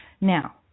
Now